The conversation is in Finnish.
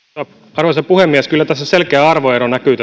arvoisa puhemies kyllä tässä keskustelussa näkyy